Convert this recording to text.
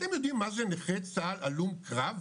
אתם יודעים מה זה נכה צה"ל הלום קרב?